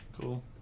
Cool